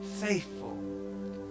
faithful